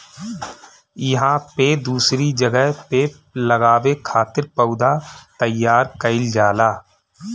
इहां पे दूसरी जगह पे लगावे खातिर पौधा तईयार कईल जाला